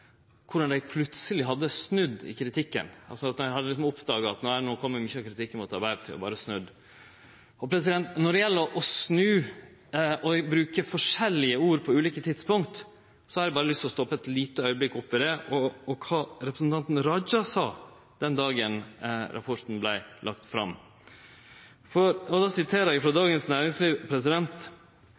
korleis dei plutseleg hadde snudd i kritikken, altså at dei liksom hadde oppdaga at mykje av kritikken no kom mot Arbeidarpartiet og berre snudd. Når det gjeld å snu og bruke forskjellige ord på ulike tidspunkt, har eg berre lyst å stoppe ein liten augneblink opp ved det og kva representanten Raja sa den dagen rapporten vart lagd fram. No siterer eg frå Dagens Næringsliv: